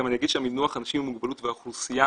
אני גם אגיד שהמינוח אנשים עם מוגבלות והאוכלוסייה,